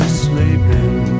sleeping